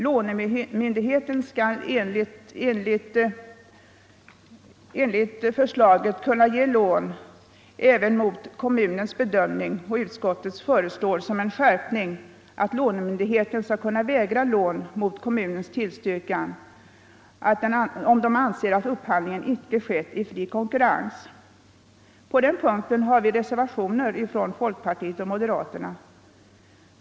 Lånemyndigheter skulle enligt förslaget kunna ge lån även mot kommunens bedömning, och utskottet föreslår — som en skärpning — att lånemyndigheten skall kunna vägra lån mot kommunens tillstyrkan, om myndigheten anser att upphandlingen inte skett i fri konkurrens. På den punkten har vi reservationer från folkpartiet och moderaterna.